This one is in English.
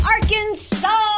Arkansas